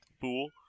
fool